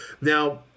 Now